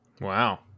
Wow